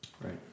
Right